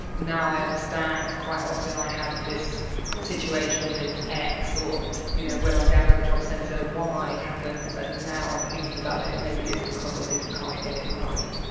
now i understand, quite often i have this situation with x or you know when i'm down at the job centre y happens and now i'm thinking about it, maybe it's because i didn't quite get it right.